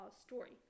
story